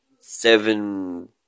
Seven